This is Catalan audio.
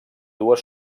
dues